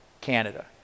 Canada